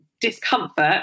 discomfort